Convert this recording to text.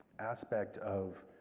aspect of